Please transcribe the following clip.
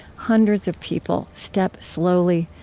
hundreds of people step slowly,